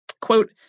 quote